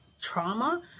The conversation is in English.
trauma